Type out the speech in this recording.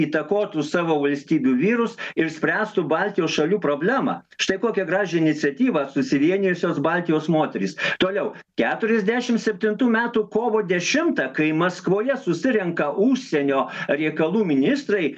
įtakotų savo valstybių vyrus ir spręstų baltijos šalių problemą štai kokią gražią iniciatyvą susivienijusios baltijos moterys toliau keturiasdešim septintų metų kovo dešimtą kai maskvoje susirenka užsienio reikalų ministrai